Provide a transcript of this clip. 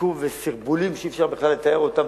עיכוב וסרבולים שאי-אפשר בכלל לתאר אותם,